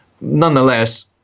Nonetheless